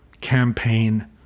campaign